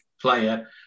player